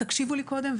תקשיבו לי קודם,